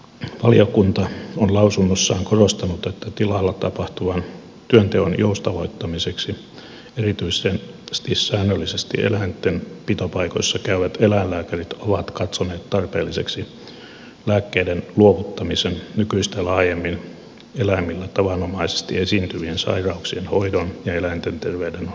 valiokunta on lausunnossaan korostanut että tilalla tapahtuvan työnteon joustavoittamiseksi erityisesti säännöllisesti eläinten pitopaikoissa käyvät eläinlääkärit ovat katsoneet tarpeelliseksi lääkkeiden luovuttamisen nykyistä laajemmin eläimillä tavanomaisesti esiintyvien sairauksien hoidon ja eläinten terveydenhoidon varaan